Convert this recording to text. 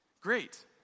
great